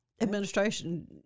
administration